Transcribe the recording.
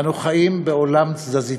אנו חיים בעולם תזזיתי,